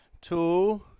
two